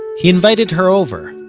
he invited her over.